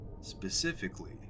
specifically